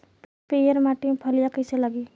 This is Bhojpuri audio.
पीयर माटी में फलियां कइसे लागी?